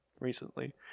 recently